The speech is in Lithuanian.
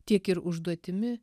tiek ir užduotimi